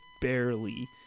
barely